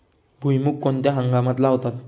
भुईमूग कोणत्या हंगामात लावतात?